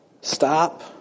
stop